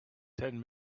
ten